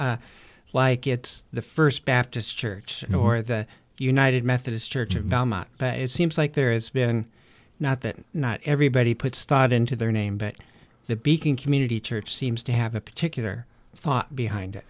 not like it's the st baptist church nor the united methodist church but it seems like there has been not that not everybody puts thought into their name but the beacon community church seems to have a particular thought behind